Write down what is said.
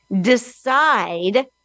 decide